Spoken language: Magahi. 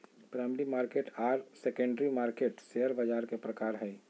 प्राइमरी मार्केट आर सेकेंडरी मार्केट शेयर बाज़ार के प्रकार हइ